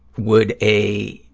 would a